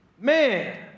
Man